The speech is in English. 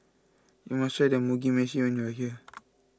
you must try the Mugi Meshi when you are here